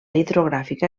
hidrogràfica